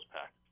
packed